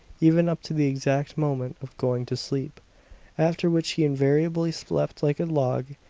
even up to the exact moment of going to sleep after which he invariably slept like a log,